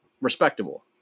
respectable